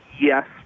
yes